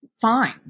fine